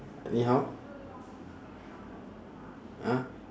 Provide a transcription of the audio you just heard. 你好 uh